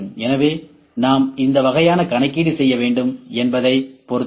எனவே நாம் எந்த வகையான கணக்கீடு செய்ய வேண்டும் என்பதைப் பொறுத்தது